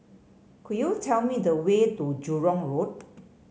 could you tell me the way to Jurong Road